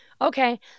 okay